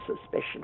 suspicion